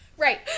Right